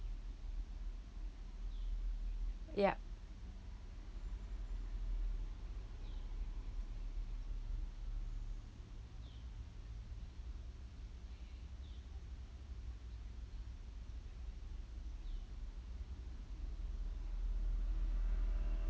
yup